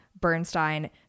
Bernstein